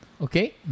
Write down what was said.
Okay